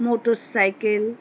motorcycle